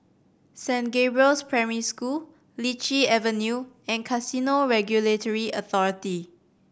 Saint Gabriel's Primary School Lichi Avenue and Casino Regulatory Authority